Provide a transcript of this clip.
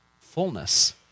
Fullness